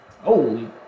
Holy